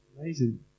Amazing